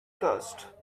thirst